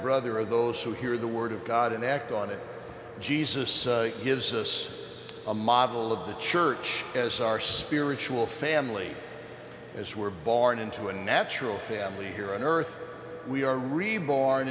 brother are those who hear the word of god and act on it jesus gives us a model of the church as our spiritual family as we're born into a natural family here on earth we are reborn